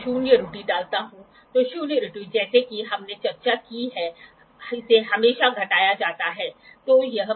तो अब आपके पास क्या है आप यह पता लगाने की कोशिश कर सकते हैं कि ऊंचाई क्या है ऊंचाई से आप इसे रूपांतरित कर सकते हैं और पता लगा सकते हैं कि एंगल क्या है ठीक है